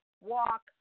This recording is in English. walk